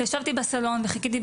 ישבתי בסלון וחיכיתי,